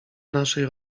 naszej